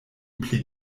pli